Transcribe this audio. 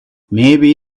maybe